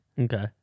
Okay